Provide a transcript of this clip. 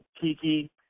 Kiki